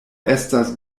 estas